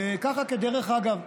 ככה כדרך אגב.